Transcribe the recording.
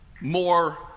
more